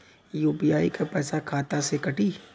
UPI क पैसा खाता से कटी?